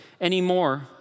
anymore